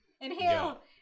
Inhale